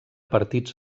partits